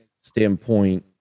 standpoint